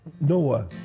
Noah